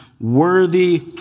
worthy